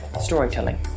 storytelling